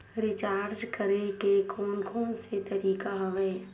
Recharge करे के कोन कोन से तरीका हवय?